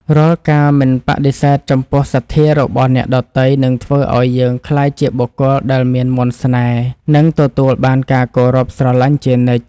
រាល់ការមិនបដិសេធចំពោះសទ្ធារបស់អ្នកដទៃ នឹងធ្វើឱ្យយើងក្លាយជាបុគ្គលដែលមានមន្តស្នេហ៍ និងទទួលបានការគោរពស្រឡាញ់ជានិច្ច។